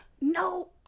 No